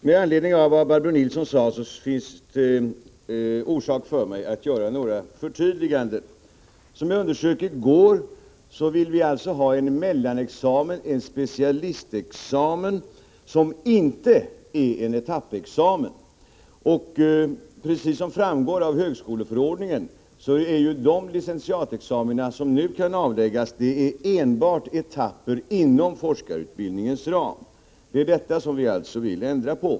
Herr talman! Med anledning av vad Barbro Nilsson sade vill jag göra några förtydliganden. Som jag underströk i går vill vi ha en mellanexamen, en specialistexamen som inte är en etappexamen. Som framgår av högskoleförordningen är de licenciatexamina som nu kan avläggas enbart etapper inom forskarutbildningens ram. Det är detta som vi vill ändra på.